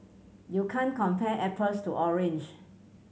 you can't compare apples to orange